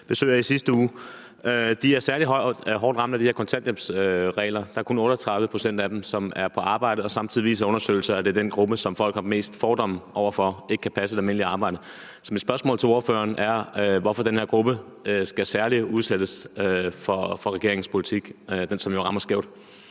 besøg af i sidste uge. De døve er særlig hårdt ramt af de her kontanthjælpsregler. Der er kun 38 pct. af dem, som er på arbejde, og samtidig viser undersøgelser, at det er den gruppe, som folk har flest fordomme over for, når det drejer sig om ikke at kunne passe et almindeligt arbejde. Så mit spørgsmål til ordføreren er, hvorfor den her gruppe i særlig grad skal udsættes for regeringens politik, som jo rammer skævt.